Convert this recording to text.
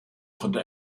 konnte